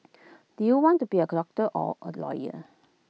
do you want to become A doctor or A lawyer